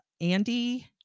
Andy